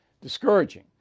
discouraging